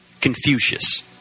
Confucius